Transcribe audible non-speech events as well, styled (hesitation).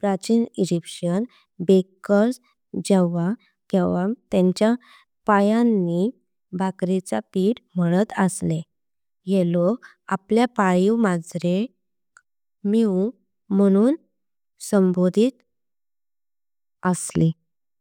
प्राचिन Egyptian. Bakers जेव्हा केव्हा तेंची पायांनी भाकरीचा पीठ मळत असले ये लोक। आपल्या पाळिव मांजरा (hesitation) क मिऊ म्हणून संबोधित असले।